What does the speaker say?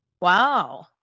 Wow